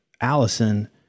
Allison